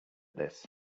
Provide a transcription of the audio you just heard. this